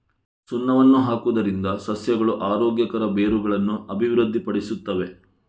ಸುಣ್ಣವನ್ನು ಹಾಕುವುದರಿಂದ ಸಸ್ಯಗಳು ಆರೋಗ್ಯಕರ ಬೇರುಗಳನ್ನು ಅಭಿವೃದ್ಧಿಪಡಿಸುತ್ತವೆ